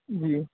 جی